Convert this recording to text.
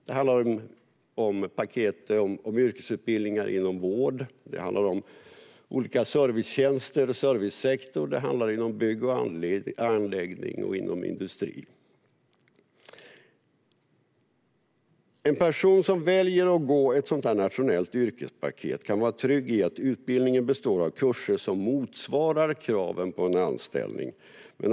Det handlar om paket med yrkesutbildningar inom vård, bygg och anläggning, industri och olika servicetjänster i servicesektorn. En person som väljer att gå ett sådant nationellt yrkespaket kan vara trygg med att utbildningen består av kurser som motsvarar kraven för att få en anställning.